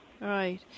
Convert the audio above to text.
right